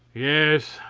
yes,